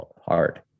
hard